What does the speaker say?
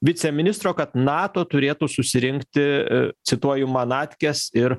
viceministro kad nato turėtų susirinkti cituoju manatkes ir